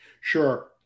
Sure